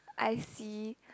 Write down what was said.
I see